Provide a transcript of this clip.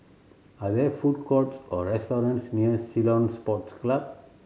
are there food courts or restaurants near Ceylon Sports Club